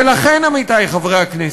ולכן, עמיתי חברי הכנסת,